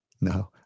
No